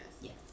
yes